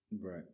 right